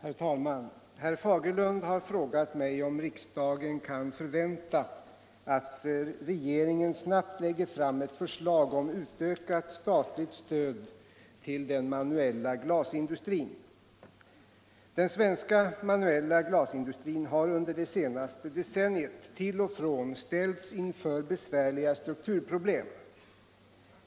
8, och anförde: Herr talmant! Herr Fagerlund har frågat mig om riksdagen kan förvänta att regeringen snabbt lägger fram ett förslag om utökat statligt stöd till den manuella glasindustrin. Den svenska manuella glasindustrin har under det senaste decennict till och från ställts inför besvärliga strukturproblem.